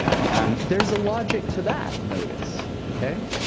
yeah um there's a logic to that, notice, okay,